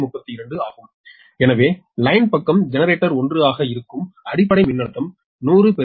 2132 ஆகும் எனவே லைன் பக்கம் ஜெனரேட்டர் 1 ஆக இருக்கும் அடிப்படை மின்னழுத்தம் 10012